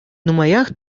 нумаях